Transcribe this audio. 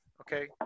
okay